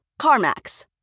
CarMax